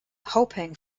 hoping